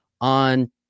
on